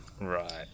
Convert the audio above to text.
Right